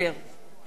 אינו נוכח